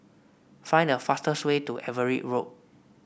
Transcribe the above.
find the fastest way to Everitt Road